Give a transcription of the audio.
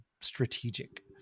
strategic